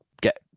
get